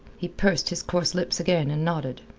he pursed his coarse lips again and nodded.